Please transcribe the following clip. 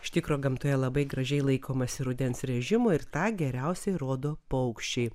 iš tikro gamtoje labai gražiai laikomasi rudens režimo ir tą geriausiai rodo paukščiai